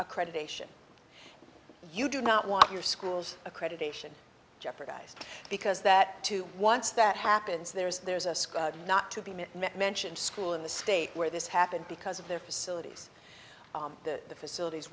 accreditation you do not want your school's accreditation jeopardized because that too once that happens there is there's a sky not to be mentioned school in the state where this happened because of their facilities the facilities